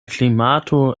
klimato